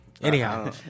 Anyhow